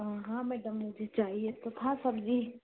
हाँ मेडम मुझे चाहिए तो था सब्ज़ी